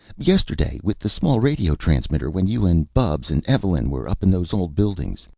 yesterday with the small radio transmitter. when you and bubs and evelyn were up in those old buildings.